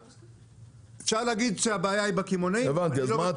אפשר להגיד שהבעיה היא בקמעונאים אבל --- לא,